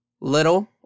Little